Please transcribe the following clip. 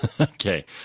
okay